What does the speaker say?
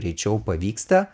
greičiau pavyksta